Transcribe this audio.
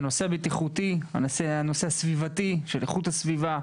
הנושא הבטיחותי, הנושא הסביבתי של איכות הסביבה,